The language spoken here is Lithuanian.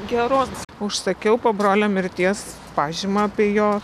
geros užsakiau po brolio mirties pažymą apie jo